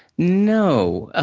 no. ah